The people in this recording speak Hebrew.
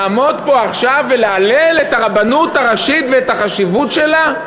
לעמוד פה עכשיו ולהלל את הרבנות הראשית ואת החשיבות שלה?